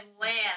land